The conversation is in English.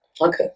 Okay